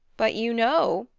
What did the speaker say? but you know,